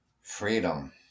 freedom